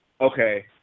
okay